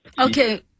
Okay